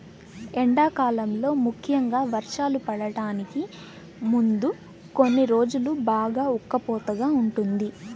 ఎండాకాలంలో ముఖ్యంగా వర్షాలు పడటానికి ముందు కొన్ని రోజులు బాగా ఉక్కపోతగా ఉంటుంది